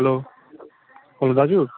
hello hello दाजु